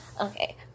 okay